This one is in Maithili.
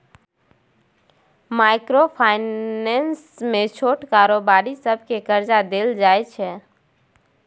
माइक्रो फाइनेंस मे छोट कारोबारी सबकेँ करजा देल जाइ छै